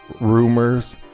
rumors